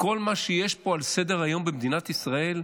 מכל מה שיש פה על סדר-היום במדינת ישראל,